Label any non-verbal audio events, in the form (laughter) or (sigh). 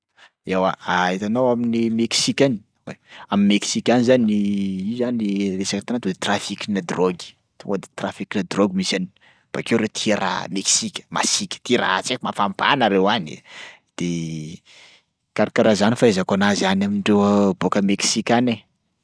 Eoa, (hesitation) htanao amin'ny (noise) Meksika any, am' Meksika any zany (noise) io zany resaky hitanao to de trafikinà drogue, tonga de trafikinà drogue misy any. Bakeo reo tia raha Meksika masiaka tia raha tsy haiko mafampana reo any e, de karakaraha zany fahaizako anazy any amindreo bôka Meksika any e.